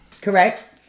correct